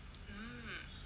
hmm